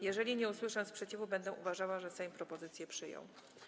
Jeżeli nie usłyszę sprzeciwu, będę uważała, że Sejm propozycje przyjął.